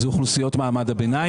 אלה אוכלוסיות מעמד הביניים.